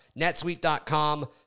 NetSuite.com